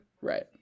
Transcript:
Right